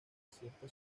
cierta